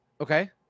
Okay